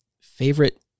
Favorite